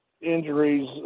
injuries